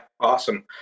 awesome